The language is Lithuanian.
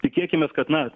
tikėkimės kad na